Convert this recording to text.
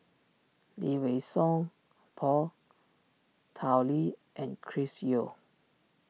Lee Wei Song Paul Tao Li and Chris Yeo